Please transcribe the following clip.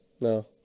No